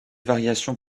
variations